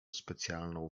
specjalną